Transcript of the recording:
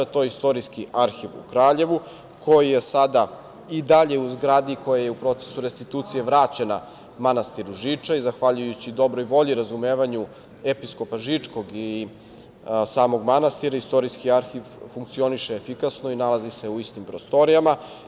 To je Istorijski arhiv u Kraljevu, koji je sada i dalje u zgradi koja je u procesu restitucije vraćena manastiru Žiča i, zahvaljujući dobroj volji i razumevanju episkopa Žičkog i samog manastira, Istorijski arhiv funkcioniše efikasno i nalazi se u istim prostorijama.